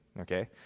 okay